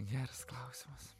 geras klausimas